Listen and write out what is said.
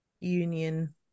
union